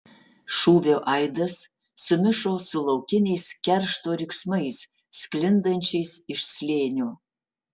šūvio aidas sumišo su laukiniais keršto riksmais sklindančiais iš slėnio